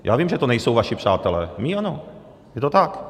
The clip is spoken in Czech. Já vím, že to nejsou vaši přátelé, mí ano, je to tak.